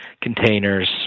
containers